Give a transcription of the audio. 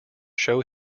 show